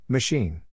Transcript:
Machine